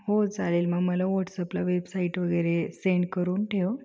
हो चालेल मग मला व्हॉट्सअप ला वेबसाईट वगैरे सेंड करून ठेव